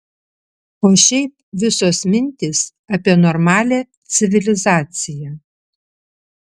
o šiaip visos mintys apie normalią civilizaciją